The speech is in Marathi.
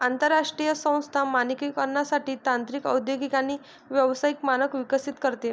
आंतरराष्ट्रीय संस्था मानकीकरणासाठी तांत्रिक औद्योगिक आणि व्यावसायिक मानक विकसित करते